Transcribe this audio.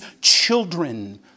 children